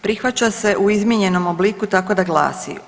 Prihvaća se u izmijenjenom obliku tako da glasi.